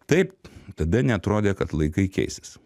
taip tada neatrodė kad laikai keisis